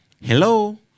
Hello